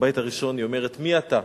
בבית הראשון היא אומרת: "מי אתה?